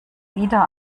wieder